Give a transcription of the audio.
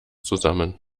zusammen